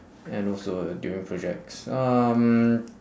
and also during projects um